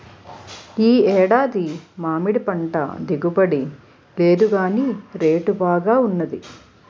ఈ ఏడాది మామిడిపంట దిగుబడి లేదుగాని రేటు బాగా వున్నది